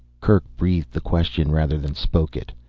kerk breathed the question, rather than spoke it.